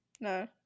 no